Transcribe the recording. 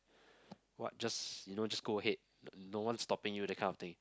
what just you know just go ahead no one's stopping you that kind of thing